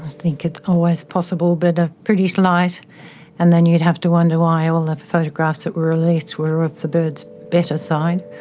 think it's always possible, but ah pretty slight. and then you'd have to wonder why all of the photographs that were released were of the bird's better side.